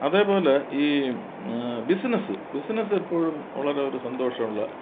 അതേപോലെ ഈ business business എപ്പോഴും വളരെ ഒരു സന്തോഷമുള്ള